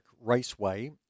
Raceway